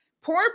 Poor